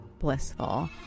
Blissful